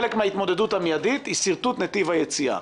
חלק מההתמודדות המיידית היא שרטוט נתיב היציאה.